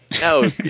No